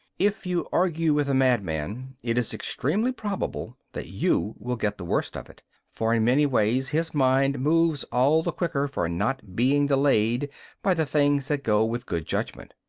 if you argue with a madman, it is extremely probable that you will get the worst of it for in many ways his mind moves all the quicker for not being delayed by the things that go with good judgment.